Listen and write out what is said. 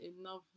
enough